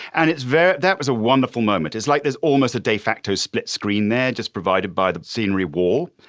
and it's very that was a wonderful moment. it's like there's almost a de facto split screen there just provided by the scenery war.